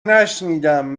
نشنیدم